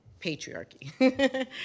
patriarchy